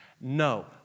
No